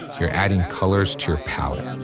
you're adding colors to your palette.